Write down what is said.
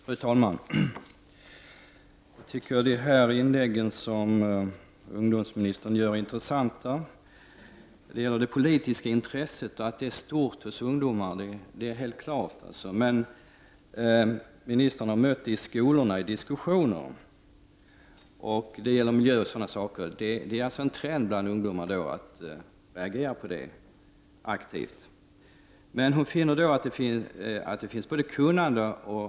Fru talman! Jag tycker att de synpunkter som ungdomsministern anlade i sitt inlägg är intressanta. Det gäller då det faktum att det politiska intresset är stort bland ungdomar. Det är helt klart. Ministern har stött på detta i diskussioner i skolorna. Det handlar om t.ex. miljön. Det är alltså en trend hos ungdomarna att reagera, att vara aktiva. Ungdomsministern finner både ett kunnande och ett engagemang hos ungdomarna.